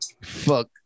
Fuck